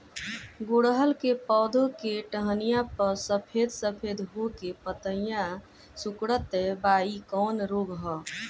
गुड़हल के पधौ के टहनियाँ पर सफेद सफेद हो के पतईया सुकुड़त बा इ कवन रोग ह?